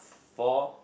for